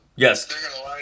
Yes